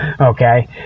okay